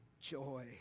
joy